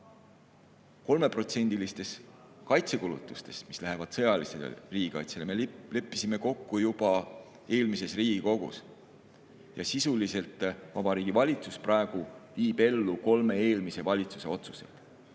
Kolmeprotsendilistes kaitsekulutustes, mis lähevad sõjalisele riigikaitsele, me leppisime kokku juba eelmises Riigikogus ja sisuliselt viib Vabariigi Valitsus praegu ellu kolme eelmise valitsuse otsuseid.